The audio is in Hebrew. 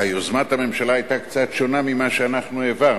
יוזמת הממשלה היתה קצת שונה ממה שאנחנו העברנו.